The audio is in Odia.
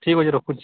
ଠିକ୍ ଅଛି ରଖୁଛି